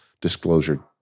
disclosure